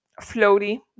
floaty